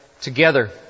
together